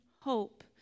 hope